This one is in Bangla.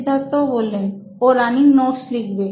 সিদ্ধার্থ ও রানিং নোটস লিখবে